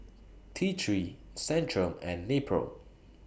T three Centrum and Nepro